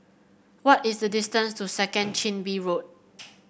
what is the distance to Second Chin Bee Road